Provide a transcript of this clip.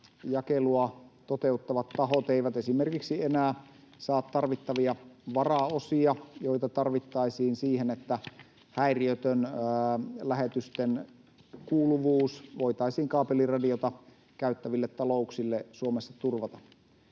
jakelua toteuttavat tahot eivät esimerkiksi enää saa tarvittavia varaosia, joita tarvittaisiin siihen, että häiriötön lähetysten kuuluvuus voitaisiin kaapeliradioita käyttäville talouksille Suomessa turvata.